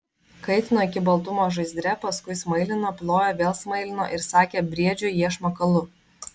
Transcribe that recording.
kaitino iki baltumo žaizdre paskui smailino plojo vėl smailino ir sakė briedžiui iešmą kalu